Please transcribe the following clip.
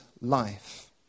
life